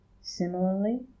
Similarly